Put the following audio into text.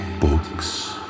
books